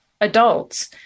adults